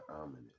ominous